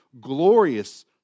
glorious